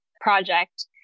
project